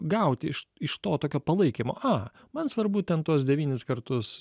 gauti iš iš to tokio palaikymo a man svarbu ten tuos devynis kartus